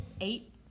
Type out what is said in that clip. eight